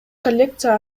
коллекция